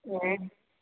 हँ